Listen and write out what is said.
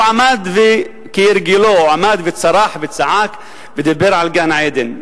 הוא עמד, וכהרגלו עמד וצרח וצעק ודיבר על גן-העדן.